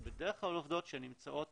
זה בדרך כלל עובדות שנמצאות